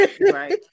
Right